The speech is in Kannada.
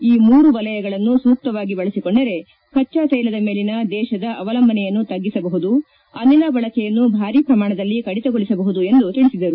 ಈ ಮೂರು ವಲಯಗಳನ್ನು ಸೂಕ್ತವಾಗಿ ಬಳಸಿಕೊಂಡರೆ ಕಚ್ಚಾ ತೈಲದ ಮೇಲಿನ ದೇಶದ ಅವಲಂಬನೆಯನ್ನು ತಗ್ಗಿಸಬಹುದು ಅನಿಲ ಬಳಕೆಯನ್ನು ಭಾರೀ ಪ್ರಮಾಣದಲ್ಲಿ ಕಡಿತಗೊಳಿಸಬಹುದು ಎಂದು ತಿಳಿಸಿದರು